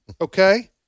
Okay